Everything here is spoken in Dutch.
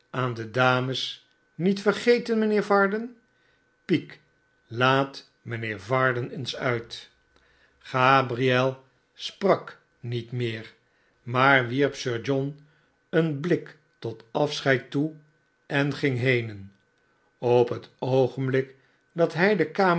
aan de dames niet vergeten mijheer varden peak laat mijnheer varden eens uit gabriel sprak niet meer maar wierp sir john een blik tot afscheid toe en ging heen op het oogenblik dat hij de kamer